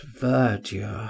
verdure